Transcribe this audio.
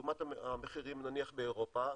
לעומת המחירים נניח באירופה,